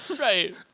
right